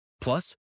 Plus